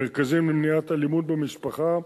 במסגרת המרכזים למניעת אלימות במשפחה,